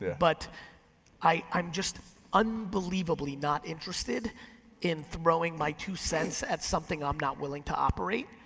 but i'm just unbelievably not interested in throwing my two cents at something i'm not willing to operate,